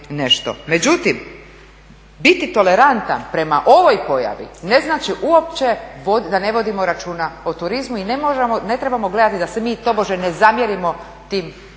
Međutim, biti tolerantan prema ovoj pojavi ne znači uopće da ne vodimo računa o turizmu i ne trebamo gledati da se mi tobože ne zamjerimo tim